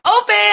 open